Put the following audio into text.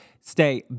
stay